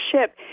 ship